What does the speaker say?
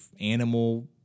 animal